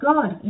God